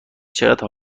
چقدر